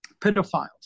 pedophiles